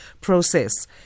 process